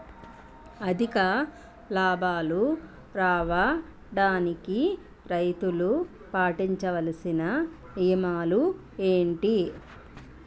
అధిక లాభాలు రావడానికి రైతులు పాటించవలిసిన నియమాలు ఏంటి